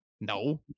No